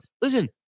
Listen